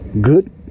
Good